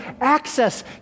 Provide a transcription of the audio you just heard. access